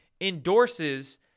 endorses